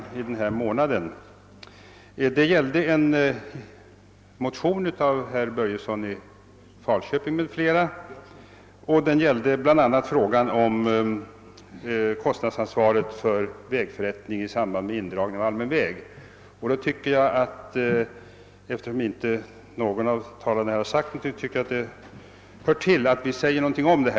Vi gjorde det i samband med behandlingen av en motion av herr Börjesson i Falköping m.fl., vilken bl.a. gällde frågan om kostnadsansvaret för vägförrättning i samband med indragning av allmän väg. Efter som ingen av talarna har sagt något om den saken, tycker jag att jag bör göra det.